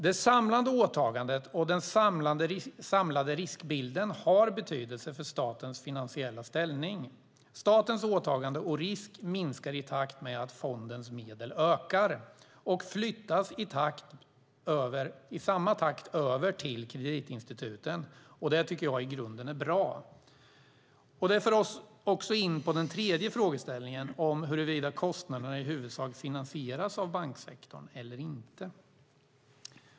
Det samlade åtagandet och den samlade riskbilden har betydelse för statens finansiella ställning. Statens åtagande och risk minskar i takt med att fondens medel ökar och flyttas i samma takt över till kreditinstituten. Det är i grunden bra. Det här för in på den tredje frågeställningen, huruvida kostnaderna i huvudsak finansieras av banksektorn eller inte.